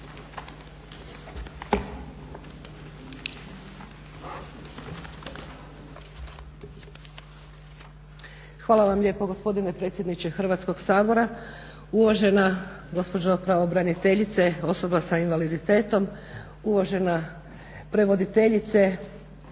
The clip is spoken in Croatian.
Hvala vam lijepo gospodine predsjedniče Hrvatskog sabora. Uvažena gospođo pravobraniteljice osoba s invaliditetom, uvažena prevoditeljice